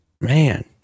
Man